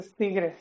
tigres